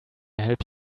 help